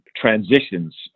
transitions